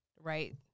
right